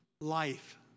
life